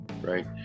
right